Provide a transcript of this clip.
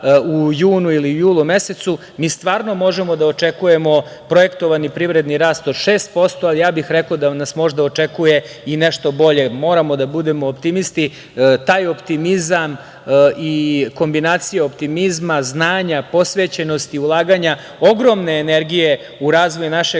u junu ili julu mesecu, mi stvarno možemo da očekujemo projektovani privredni rast od 6%, ali ja bih rekao da nas možda očekuje i nešto bolje. Moramo da budemo optimisti. Taj optimizam i kombinacija optimizma, znanja, posvećenosti, ulaganja ogromne energije u razvoj naše